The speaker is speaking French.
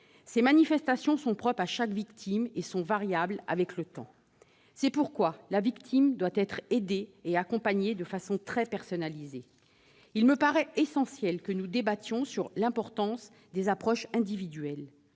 Ces manifestations sont propres à chaque victime et varient avec le temps. C'est pourquoi la victime doit être aidée et accompagnée de façon très personnalisée. Il me paraît essentiel que nous débattions de l'importance des approches individuelles.